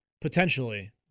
potentially